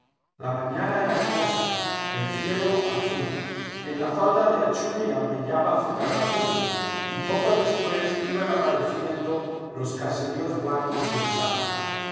la mañana era hermosa el cielo azul en la falda de atchuria brillaba zugarramurdi y poco después iban apareciendo los caseríos blancos de sara